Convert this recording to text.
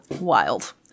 Wild